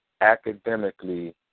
academically